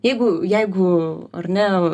jeigu jeigu ar ne